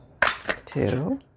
two